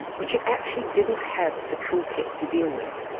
which it actually didn't have the toolkit to deal with.